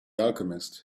alchemist